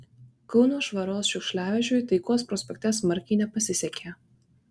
kauno švaros šiukšliavežiui taikos prospekte smarkiai nepasisekė